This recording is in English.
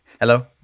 Hello